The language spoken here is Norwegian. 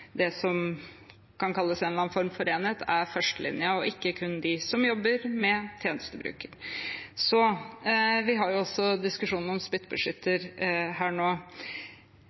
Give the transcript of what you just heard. det som kan kalles en eller annen form for enhet, er førstelinjen, og ikke kun de som jobber med tjenestebrukerne. Vi har jo også en diskusjon om spyttbeskytter her nå.